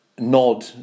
nod